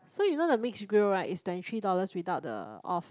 so you know the mixed grill right is twenty three dollars without the off